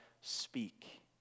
speak